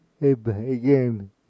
Again